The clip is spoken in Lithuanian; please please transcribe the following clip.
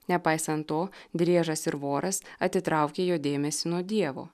nepaisant to driežas ir voras atitraukė jo dėmesį nuo dievo